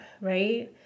right